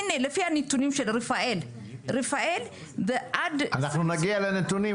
לפי הנתונים של רפאל --- אנחנו נגיע לנתונים,